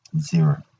Zero